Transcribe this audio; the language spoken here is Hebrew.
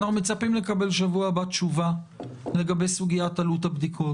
אנחנו מצפים לקבל שבוע הבא תשובה לגבי סוגיית עלות הבדיקות.